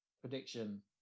Prediction